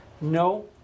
No